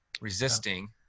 resisting